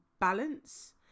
balance